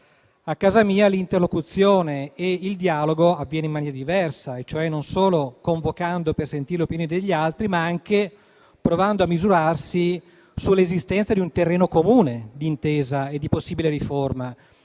A casa mia l'interlocuzione e il dialogo avvengono in maniera diversa; non solo convocando per ascoltare l'opinione degli altri, ma anche provando a misurarsi sull'esistenza di un terreno comune di intesa e di possibile riforma.